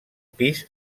pis